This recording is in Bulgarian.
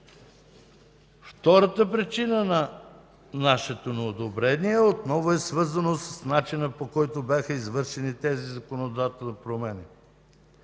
Втората причина на нашето неодобрение отново е свързана с начина, по който бяха извършени тези законодателни промени.